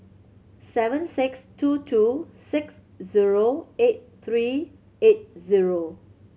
seven six two two six zero eight three eight zero